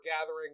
gathering